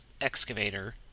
excavator